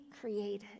created